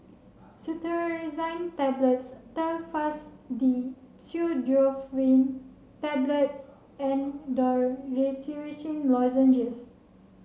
Cetirizine Tablets Telfast D Pseudoephrine Tablets and Dorithricin Lozenges